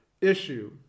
issue